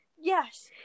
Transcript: Yes